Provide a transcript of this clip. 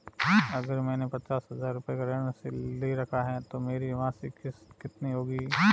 अगर मैंने पचास हज़ार रूपये का ऋण ले रखा है तो मेरी मासिक किश्त कितनी होगी?